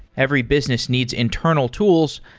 every business needs internal tools,